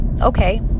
okay